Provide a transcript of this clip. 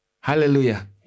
Hallelujah